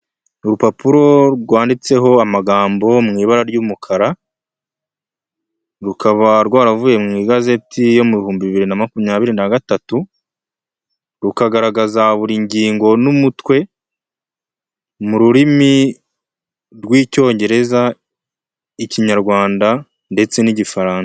Urupapuro rwanditseho amagambo mu ibara ry'umukara, rukaba rwaravuye mu igazeti yo mu bihumbi bibiri na makumyabiri na gatatu, rukagaragaza buri ngingo n'umutwe mu rurimi rw'Icyongereza, Ikinyarwanda ndetse n'Igifaransa.